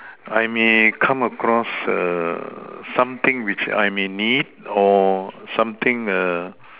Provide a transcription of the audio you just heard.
I may come across something which I may need or something